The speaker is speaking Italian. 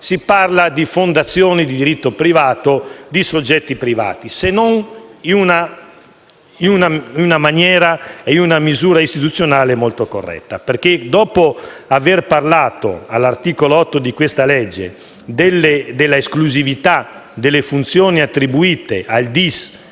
si parla di fondazioni di diritto privato, di soggetti privati se non in una maniera e in una misura istituzionale molto corretta. Infatti, dopo aver parlato, all'articolo 8 di questa legge, della esclusività delle funzioni attribuite al DIS,